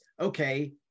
okay